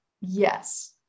yes